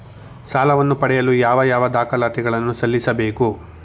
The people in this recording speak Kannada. ಸಾಲವನ್ನು ಪಡೆಯಲು ಯಾವ ಯಾವ ದಾಖಲಾತಿ ಗಳನ್ನು ಸಲ್ಲಿಸಬೇಕು?